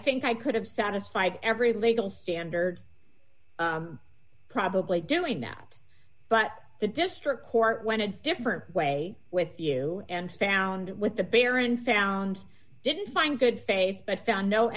think i could have satisfied every legal standard probably doing that but the district court went a different way with you and found what the baron found didn't find good faith but found no